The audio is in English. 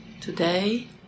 today